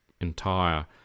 entire